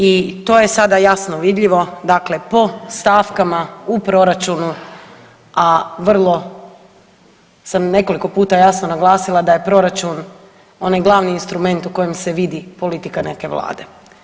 I to je sada jasno vidljivo, dakle po stavkama u proračunu, a vrlo sam nekoliko puta jasno naglasila da je proračun onaj glavni instrument u kojem se vidi politika neke vlade.